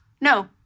no